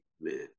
man